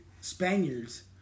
Spaniards